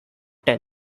tell